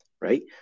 right